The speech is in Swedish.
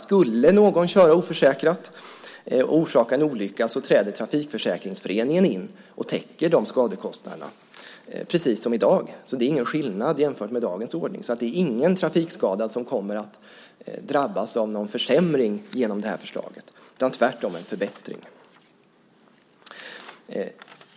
Skulle någon köra oförsäkrad och orsaka en olycka träder Trafikförsäkringsföreningen in och täcker de skadekostnaderna, precis som i dag. Det är ingen skillnad jämfört med dagens ordning. Det är ingen trafikskadad som kommer att drabbas av någon försämring genom det här förslaget utan tvärtom en förbättring.